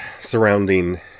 surrounding